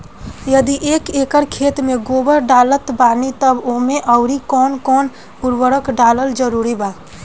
यदि एक एकर खेत मे गोबर डालत बानी तब ओमे आउर् कौन कौन उर्वरक डालल जरूरी बा?